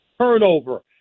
turnover